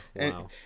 wow